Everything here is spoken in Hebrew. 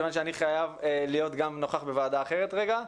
מכיוון שאני חייב להיות גם נוכח בוועדה אחרת רגע,